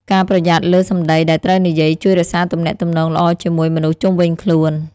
ការប្រយ័ត្នលើសម្ដីដែលត្រូវនិយាយ ជួយរក្សាទំនាក់ទំនងល្អជាមួយមនុស្សជុំវិញខ្លួន។